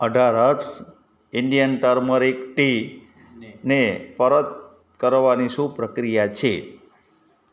અઢાર herbs Indian turmeric ટીને પરત કરવાની શું પ્રક્રિયા છે